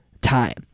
time